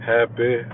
Happy